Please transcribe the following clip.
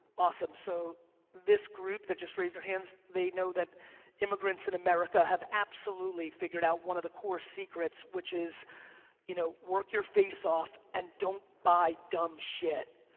awesome. so this group that just raised you hands, they know that immigrants in america have absolutely figured out one of the core secrets which is you know work your face off and don't buy dumb shit.